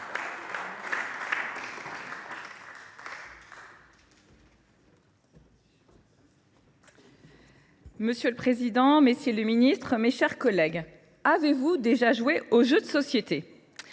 Monsieur le président, messieurs les ministres, mes chers collègues, avez vous déjà joué à un jeu de société ?